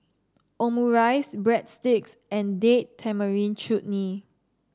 Omurice Breadsticks and Date Tamarind Chutney